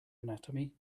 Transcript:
anatomy